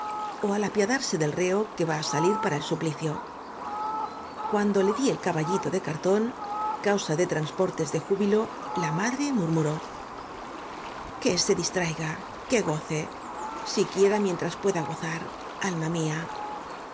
ó al apiadarse del reo que va á salir para el suplicio cuando le di el caballito de cartón causa de transportes de júbilo la madre murmuró que se distraiga que g o c e siquiera mientras pueda gozar alma mía